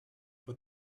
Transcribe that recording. for